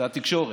זה התקשורת.